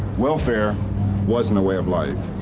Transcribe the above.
welfare wasn't a way of life.